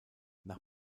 nach